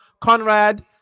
Conrad